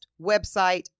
website